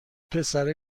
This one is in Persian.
پسره